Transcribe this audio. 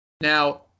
Now